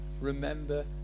remember